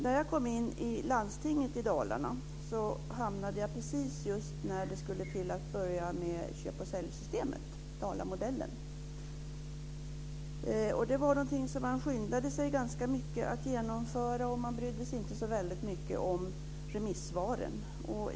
När jag kom in i landstinget i Dalarna skulle man just börja med köp och säljsystemet, Dalamodellen. Man skyndade sig ganska mycket att genomföra det och brydde sig inte särskilt mycket om remissvaren.